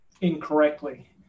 incorrectly